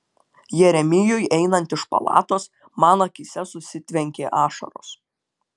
jeremijui einant iš palatos man akyse susitvenkė ašaros